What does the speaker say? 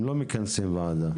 הם לא מכנסים את הוועדה.